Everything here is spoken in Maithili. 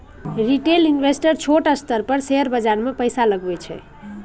रिटेल इंवेस्टर छोट स्तर पर शेयर बाजार मे पैसा लगबै छै